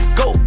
go